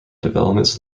developments